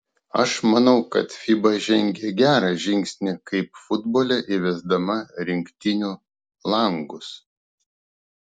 aš manau kad fiba žengė gerą žingsnį kaip futbole įvesdama rinktinių langus